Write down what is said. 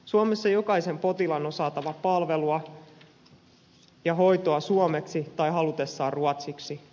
suomessa jokaisen potilaan on saatava palvelua ja hoitoa suomeksi tai halutessaan ruotsiksi